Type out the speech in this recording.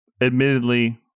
Admittedly